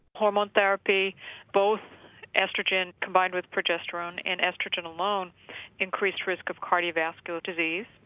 hormone therapy both oestrogen combined with progesterone and oestrogen alone increased risk of cardio vascular disease.